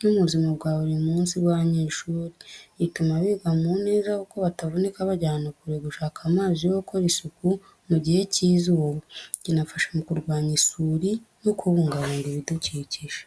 no mu buzima bwa buri munsi bw’abanyeshuri. Gituma biga mu neza kuko batavunika bajya ahantu kure gushaka amazi yo gukora isuku mu gihe cy'izuba. Kinafasha mu kurwanya isuri no kubungabunga ibidukikije.